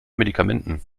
medikamenten